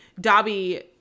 Dobby